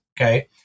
okay